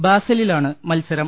ബാസലിലാണ് മത്സരം